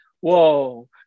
whoa